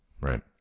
Right